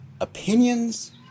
opinions